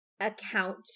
account